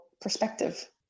perspective